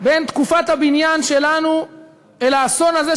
בין תקופת הבניין שלנו ובין האסון הזה,